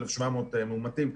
1,700 מאומתים,